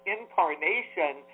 incarnation